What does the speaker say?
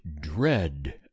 dread